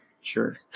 Sure